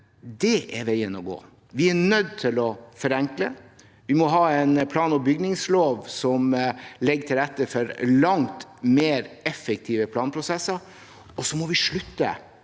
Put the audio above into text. det er veien å gå. Vi er nødt til å forenkle, vi må ha en plan- og bygningslov som legger til rette for langt mer effektive planprosesser, og så må vi slutte